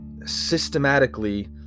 systematically